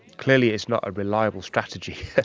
clearly it's not a reliable strategy,